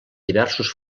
diversos